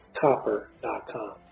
copper.com